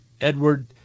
Edward